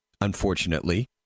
unfortunately